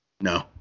No